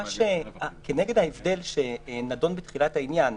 כנגד ההבדל שנדון בתחילת העניין,